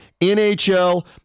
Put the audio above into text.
NHL